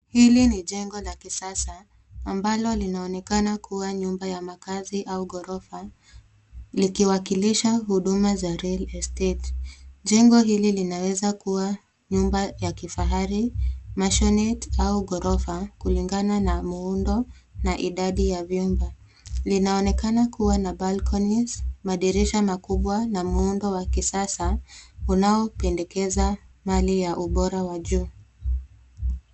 Hili ni jengo la kisasa ambalo linaonekana kuwa nyumba ya makazi au gorofa likiwakilisha huduma za real estate . Jengo hili linaweza kuwa nyumba ya kifahari, maisonette au gorofa kulingana na muundo na idadi ya vyumba. Linaonekana kuwa na balconys , madirisha na makubwa na muundo wa kisasa unaopendekeza mali ya ubora wa juu.